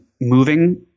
moving